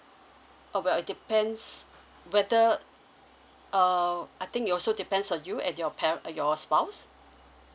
oh but it depends whether uh I think it also depends on you and your par~ your spouse